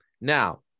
Now